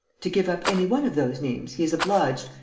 to give up any one of those names he is obliged,